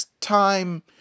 time